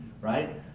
right